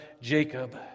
Jacob